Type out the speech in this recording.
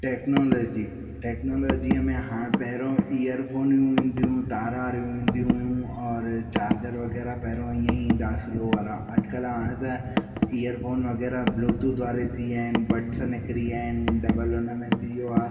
technology टेक्नोलॉजीअ में हा पहिरियों ईअरफोनियूं ईंदियूं हुयूं तार वारियूं ईंदियूं हुयूं और चार्जर वग़ैरह पहिरियों ईअं ई ईंदा हुआ स्लो वारा अॼुकल्ह हाणे त ईअरफोन वग़ैरह ब्लूटूथ वारी थी विया आहिनि इन बड्स निकरी विया आहिनि डबल हुन में थी वियो आहे